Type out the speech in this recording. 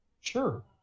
Sure